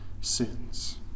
sins